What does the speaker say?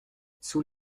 sous